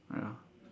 ya